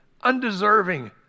undeserving